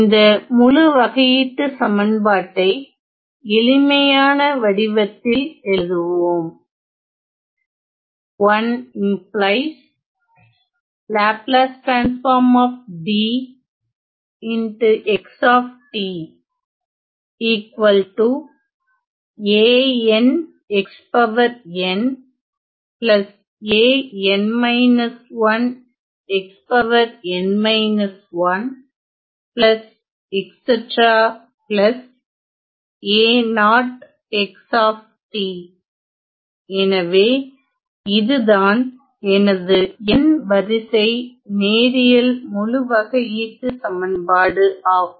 இந்த முழு வகையீட்டுச் சமன்பாட்டை எளிமையான வடிவத்தில் எழுதுவோம் எனவே இதுதான் எனது n வரிசை நேரியல் முழு வகையீட்டுச் சமன்பாடு ஆகும்